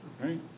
Right